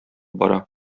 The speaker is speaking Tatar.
бара